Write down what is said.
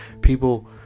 people